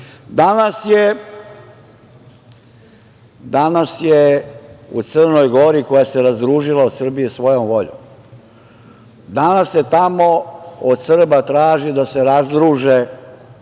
je u Crnoj Gori, koja se razdružila od Srbije svojom voljom, danas se tamo od Srba traži da se razdruže,